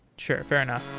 sure. fair enough